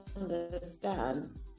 understand